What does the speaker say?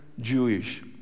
Jewish